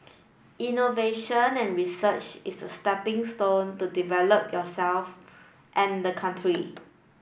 innovation and research is a stepping stone to developing yourself and the country